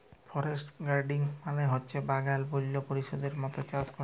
forest গাড়েলিং মালে হছে বাগাল বল্য পরিবেশের মত চাষ ক্যরা